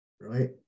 right